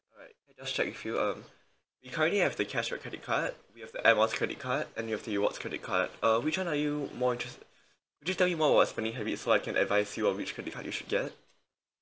alright just check with you um you currently have the cashback credit card we have the air miles credit card and we have the rewards credit card uh which one are you more interested just tell me more about your spending habits so I can advise you on which credit card you should get